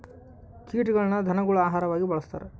ಕೀಟಗಳನ್ನ ಧನಗುಳ ಆಹಾರವಾಗಿ ಬಳಸ್ತಾರ